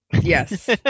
Yes